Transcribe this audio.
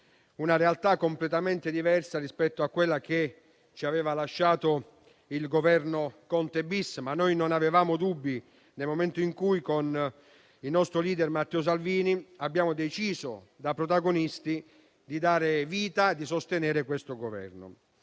una realtà completamente diversa rispetto a quella che ci aveva lasciato il Governo Conte-*bis*, ma noi non avevamo dubbi nel momento in cui, con il nostro *leader* Matteo Salvini, abbiamo deciso, da protagonisti, di dare vita e di sostenere questo Governo.